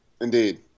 Indeed